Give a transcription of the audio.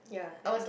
yeah